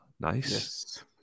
nice